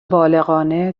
بالغانه